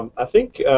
um i think